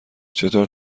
چطور